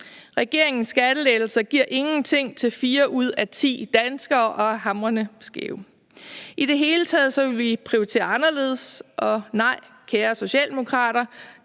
Regeringens skattelettelser giver ingenting til fire ud af ti danskere, og de er hamrende skæve. Kl. 11:26 I det hele taget vil vi prioritere anderledes, og nej, kære socialdemokrater,